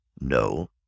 No